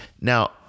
Now